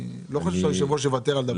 אני לא חושב שהיושב ראש יוותר על דבר כזה.